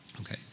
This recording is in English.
okay